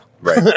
Right